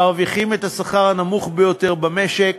מרוויחים את השכר הנמוך ביותר במשק,